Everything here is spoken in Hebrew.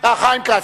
כץ,